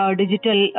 digital